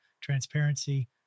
transparency